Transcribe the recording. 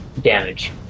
damage